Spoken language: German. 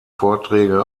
vorträge